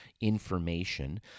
information